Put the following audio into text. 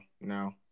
No